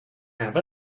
have